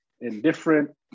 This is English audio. indifferent